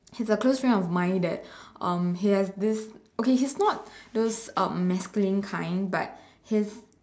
he's a close friend of mine that um he has this okay he's not those um masculine kind but his